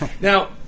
Now